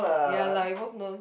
ya lah we both know